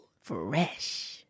fresh